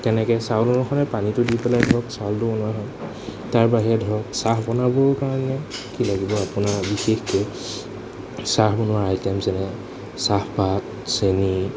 তেনেকৈ চাউল অনুসাৰে পানীটো দি পেলাই ধৰক চাউলটো বনোৱা হয় তাৰ বাহিৰে ধৰক চাহ বনাবৰ কাৰণে কি লাগিব আপোনাৰ বিশেষকৈ চাহ বনোৱাৰ আইটেম যেনে চাহপাত চেনি